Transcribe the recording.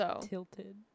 Tilted